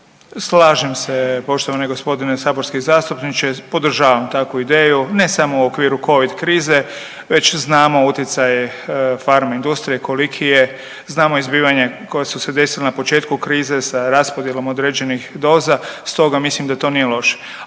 Slažem se poštovani gospodine saborski zastupničke, podržavam takvu ideju ne samo u okviru Covid krize već znamo utjecaj farma industrije koliki je, znamo i zbivanja koja su se desila na početku krize sa raspodjelom određenih doza stoga mislim da to nije loše.